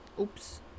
Oops